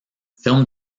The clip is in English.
film